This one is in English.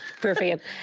Perfect